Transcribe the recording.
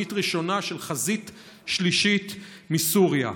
בסנונית ראשונה של חזית שלישית מסוריה.